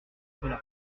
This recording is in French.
cela